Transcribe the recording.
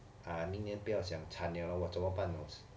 ah 明年不要想惨 liao 我真么办